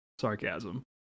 sarcasm